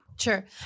Sure